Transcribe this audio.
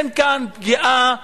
אין כאן פגיעה גדולה,